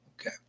Okay